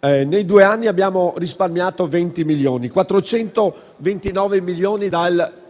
che in due anni abbiamo risparmiato 20 milioni; 429 milioni dal